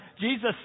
Jesus